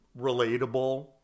relatable